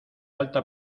alta